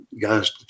guys